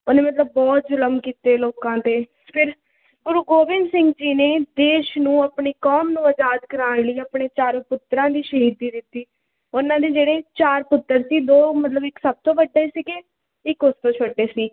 ਉਹਨੇ ਮਤਲਬ ਬਹੁਤ ਜ਼ੁਲਮ ਕੀਤੇ ਲੋਕਾਂ 'ਤੇ ਫਿਰ ਗੁਰੂ ਗੋਬਿੰਦ ਸਿੰਘ ਜੀ ਨੇ ਦੇਸ਼ ਨੂੰ ਆਪਣੀ ਕੌਮ ਨੂੰ ਆਜ਼ਾਦ ਕਰਾਉਣ ਲਈ ਆਪਣੇ ਚਾਰੋਂ ਪੁੱਤਰਾਂ ਦੀ ਸ਼ਹੀਦੀ ਦਿੱਤੀ ਉਹਨਾਂ ਦੇ ਜਿਹੜੇ ਚਾਰ ਪੁੱਤਰ ਸੀ ਦੋ ਮਤਲਬ ਇੱਕ ਸਭ ਤੋਂ ਵੱਡੇ ਸੀਗੇ ਇੱਕ ਉਸ ਤੋਂ ਛੋਟੇ ਸੀ